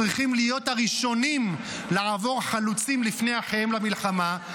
צריכים להיות הראשונים לעבור חלוצים לפני אחיהם למלחמה.